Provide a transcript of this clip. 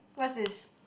what's this